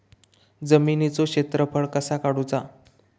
जमिनीचो क्षेत्रफळ कसा काढुचा?